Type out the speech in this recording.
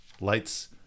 lights